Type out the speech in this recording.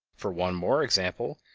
for one more example,